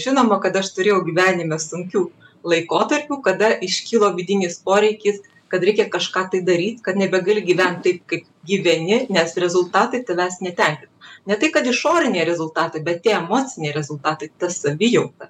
žinoma kad aš turėjau gyvenime sunkių laikotarpių kada iškilo vidinis poreikis kad reikia kažką tai daryt kad nebegali gyvent taip kaip gyveni nes rezultatai tavęs netenkina ne tai kad išoriniai rezultatai bet tie emociniai rezultatai ta savijauta